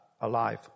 alive